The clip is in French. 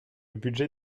budget